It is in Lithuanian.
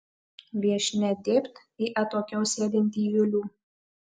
viešnia dėbt į atokiau sėdintį julių